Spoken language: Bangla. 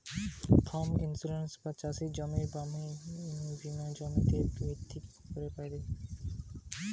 ফার্ম ইন্সুরেন্স বা চাষের জমির বীমা জমিতে ভিত্তি কইরে পাইতেছি